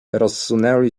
rozsunęli